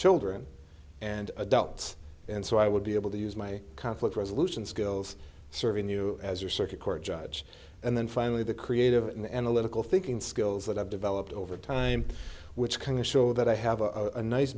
children and adults and so i would be able to use my conflict resolution skills serving you as your circuit court judge and then finally the creative and analytical thinking skills that i've developed over time which kind of show that i have a